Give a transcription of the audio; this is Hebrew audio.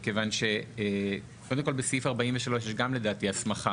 מכיוון שקודם כל בסעיף 43 יש גם לדעתי הסמכה,